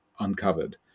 uncovered